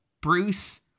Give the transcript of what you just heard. Bruce